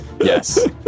Yes